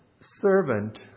servant